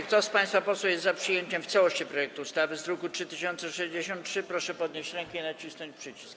Kto z państwa posłów jest za przyjęciem w całości projektu ustawy z druku nr 3063, proszę podnieść rękę i nacisnąć przycisk.